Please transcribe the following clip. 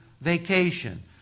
vacation